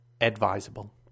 advisable